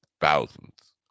thousands